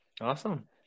Awesome